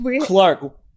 clark